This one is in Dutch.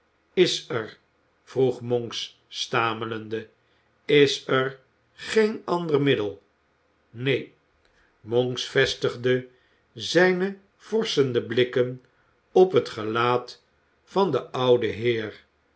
is er vroeg monks stamelende is er geen ander middel neen monks vestigde zijne vorschende blikken op het gelaat van den ouden heer